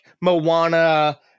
Moana